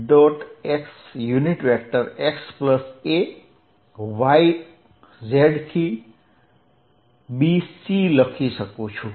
x xay z bc લખી શકું